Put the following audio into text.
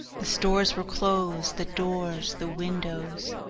the stores were closed, the doors, the windows.